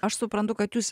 aš suprantu kad jūs